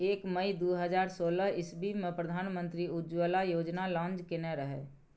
एक मइ दु हजार सोलह इस्बी मे प्रधानमंत्री उज्जवला योजना लांच केने रहय